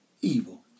evil